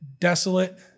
desolate